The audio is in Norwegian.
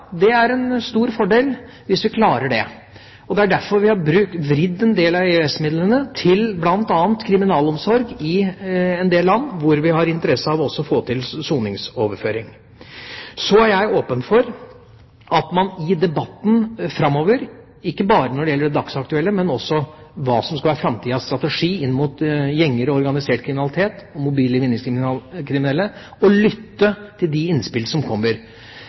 det er en stor fordel hvis vi klarer det. Det er derfor vi har vridd en del av EØS-midlene til bl.a. kriminalomsorg i en del land hvor vi har interesse av også å få til soningsoverføring. Så er jeg åpen for at man i debatten framover, ikke bare når det gjelder det dagsaktuelle, men også når det gjelder hva som skal være framtidas strategi inn mot gjenger, organisert kriminalitet og mobile vinningskriminelle, lytter til de innspill som kommer.